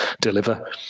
deliver